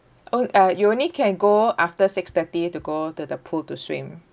oh uh you only can go after six thirty to go to the pool to swim